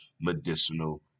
medicinal